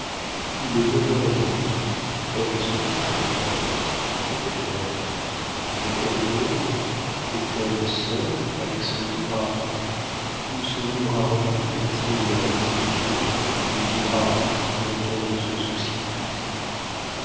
il est neuf heures et demie elle se couche peut-être que fait-elle est-elle heureuse est-elle seule avec son libre arbitre ou son libre arbitre est-il où vont les libres arbitres dont on ne se soucie plus